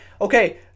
Okay